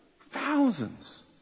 Thousands